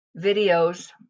videos